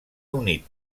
unit